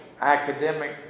academic